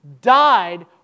died